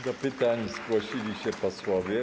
Do pytań zgłosili się posłowie.